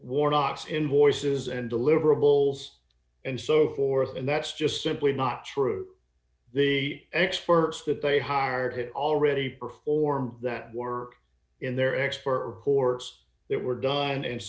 warnock's invoices and deliverables and so forth and that's just simply not true the experts that they hired had already performed that work in their expert course that were done and